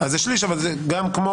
הרעיון